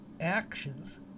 actions